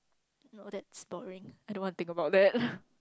you know that story I don't want to think about that